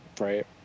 Right